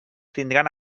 tindran